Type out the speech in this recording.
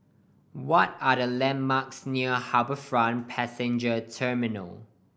what are the landmarks near HarbourFront Passenger Terminal